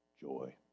joy